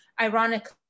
ironically